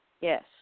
Yes